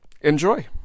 Enjoy